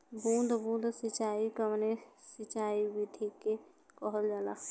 बूंद बूंद सिंचाई कवने सिंचाई विधि के कहल जाला?